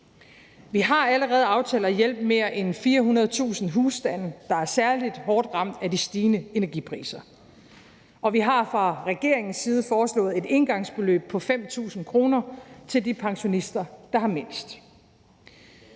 Vi har allerede aftalt at hjælpe mere end 400.000 husstande, der er særlig hårdt ramt af de stigende energipriser. Og vi har fra regeringens side foreslået et engangsbeløb på 5.000 kr. til de pensionister, der har mindst.